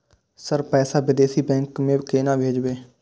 Sir पैसा विदेशी bank में केना भेजबे?